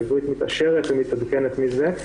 העברית מתעשרת ומתעדכנת מזה,